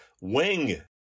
wing